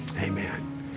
amen